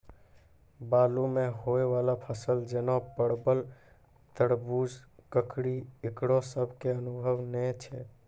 बालू मे होय वाला फसल जैना परबल, तरबूज, ककड़ी ईकरो सब के अनुभव नेय छै?